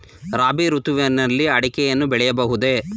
ರಾಬಿ ಋತುವಿನಲ್ಲಿ ಅಡಿಕೆಯನ್ನು ಬೆಳೆಯಬಹುದೇ?